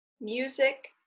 music